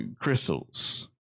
crystals